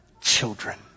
children